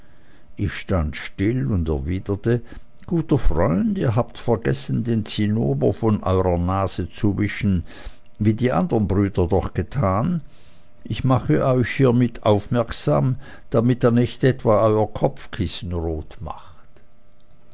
ich stand still und erwiderte guter freund ihr habt vergessen den zinneber von eurer nase zu wischen wie die anderen brüder doch getan ich mache euch hiemit aufmerksam damit ihr nicht etwa euer kopfkissen rot macht